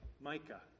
Micah